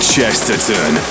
Chesterton